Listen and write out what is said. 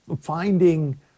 finding